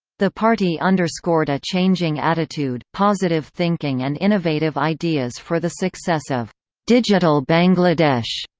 the party underscored a changing attitude, positive thinking and innovative ideas for the success of digital bangladesh.